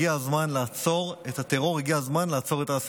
הגיע הזמן לעצור את הטרור.